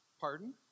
Pardon